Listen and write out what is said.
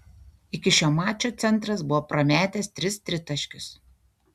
iki šio mačo centras buvo prametęs tris tritaškius